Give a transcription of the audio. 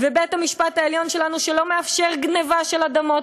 בית-המשפט העליון שלנו שלא מאפשר גנבה של אדמות